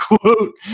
quote